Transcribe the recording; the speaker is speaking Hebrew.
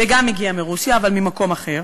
וגם הגיע מרוסיה, אבל ממקום אחר.